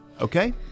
Okay